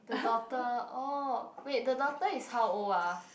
the daughter oh wait the daughter is how old ah